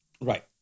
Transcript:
Right